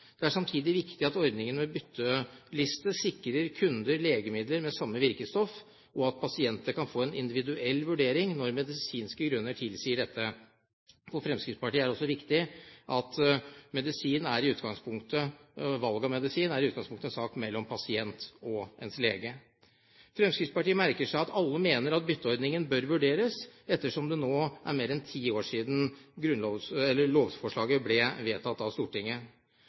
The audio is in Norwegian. Det er samtidig viktig at ordningen med bytteliste sikrer kunder legemidler med samme virkestoff, og at pasienter kan få en individuell vurdering når medisinske grunner tilsier det. For Fremskrittspartiet er det også viktig at valg av medisin i utgangspunktet er en sak mellom pasient og ens lege. Fremskrittspartiet merker seg at alle mener at bytteordningen bør vurderes, ettersom det nå er mer enn ti år siden lovforslaget ble vedtatt av Stortinget.